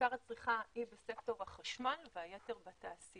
שעיקר הצריכה היא בסקטור חשמל והיתר בתעשייה.